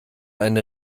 eine